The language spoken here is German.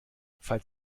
falls